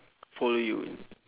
follow you